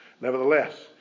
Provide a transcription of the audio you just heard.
Nevertheless